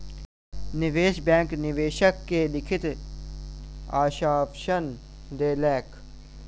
निवेश बैंक निवेशक के लिखित आश्वासन देलकै